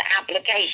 application